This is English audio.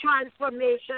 transformation